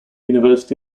university